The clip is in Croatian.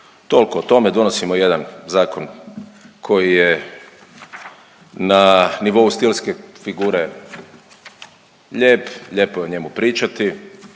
Toliko o tome, donosimo jedan zakon koji je na nivou stilske figure lijep, lijepo je o njemu pričati,